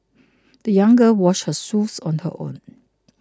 the young girl washed her shoes on her own